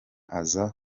aza